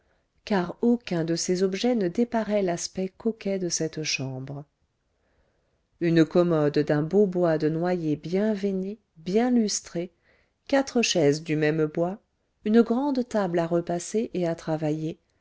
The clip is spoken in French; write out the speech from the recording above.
car aucun de ces objets ne déparait l'aspect coquet de cette chambre une commode d'un beau bois de noyer bien veiné bien lustré quatre chaises du même bois une grande table à repasser et à travailler